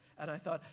and i thought,